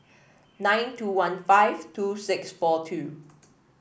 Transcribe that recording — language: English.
nine two one five two six four two